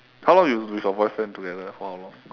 how long you with your boyfriend together for how long